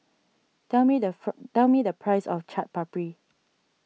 tell me the fur tell me the price of Chaat Papri